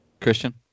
Christian